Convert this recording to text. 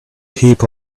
heap